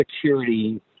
security